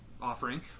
offering